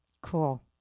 Cool